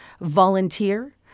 volunteer